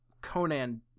Conan